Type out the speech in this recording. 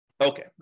Okay